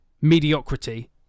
mediocrity